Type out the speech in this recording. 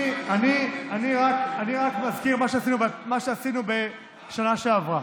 אני רק מזכיר מה שעשינו בשנה שעברה.